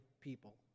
people